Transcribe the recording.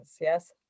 yes